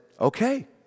okay